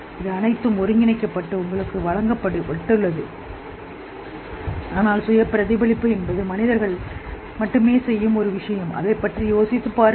இது அனைத்தும் ஒருங்கிணைக்கப்பட்டு உங்களுக்கு வழங்கப்பட்டுள்ளது ஆனால் சுய பிரதிபலிப்பு என்பது மனிதர்கள் மட்டுமே செய்யும் ஒரு விஷயம் அதைப் பற்றி யோசித்துப் பாருங்கள்